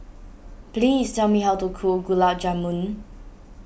please tell me how to cook Gulab Jamun